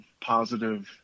positive